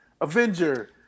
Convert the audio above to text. Avenger